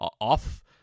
off